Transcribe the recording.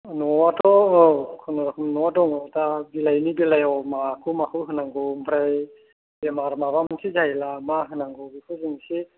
न'आथ' औ खुनुरुखुम न'आ दङ दा बिलाइनि बेलायाव माखौ माखौ होनांगौ ओमफ्राय बेमार माबा मोनसे जायोब्ला मा होनांगौ बेखौ जों एसे